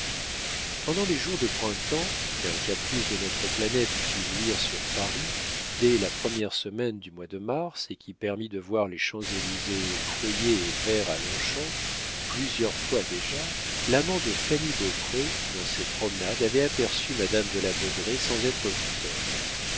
pendant les jours de printemps qu'un caprice de notre planète fit luire sur paris dès la première semaine du mois de mars et qui permit de voir les champs-élysées feuillés et verts à longchamp plusieurs fois déjà l'amant de fanny beaupré dans ses promenades avait aperçu madame de la baudraye sans être vu d'elle